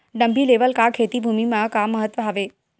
Dumpy level का खेती भुमि म का महत्व हावे?